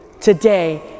today